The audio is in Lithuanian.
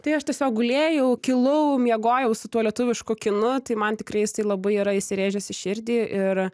tai aš tiesiog gulėjau kilau miegojau su tuo lietuvišku kinu tai man tikrai jisai labai yra įsirėžęs į širdį ir